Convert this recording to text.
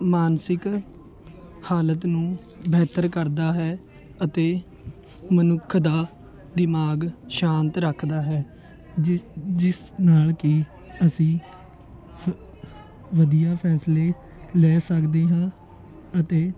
ਮਾਨਸਿਕ ਹਾਲਤ ਨੂੰ ਬਿਹਤਰ ਕਰਦਾ ਹੈ ਅਤੇ ਮਨੁੱਖ ਦਾ ਦਿਮਾਗ ਸ਼ਾਂਤ ਰੱਖਦਾ ਹੈ ਜਿ ਜਿਸ ਨਾਲ ਕਿ ਅਸੀਂ ਵ ਵਧੀਆ ਫੈਸਲੇ ਲੈ ਸਕਦੇ ਹਾਂ ਅਤੇ